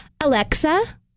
Alexa